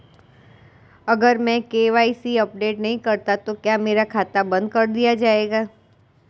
अगर मैं KYC update नहीं करता तो क्या मेरा खाता बंद कर दिया जाएगा?